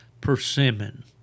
persimmon